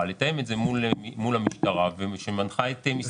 לתאם את זה מל המשטרה שמנחה את משרדי הממשלה.